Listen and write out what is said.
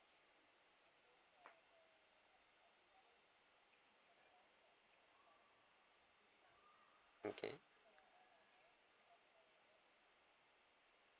okay